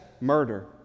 murder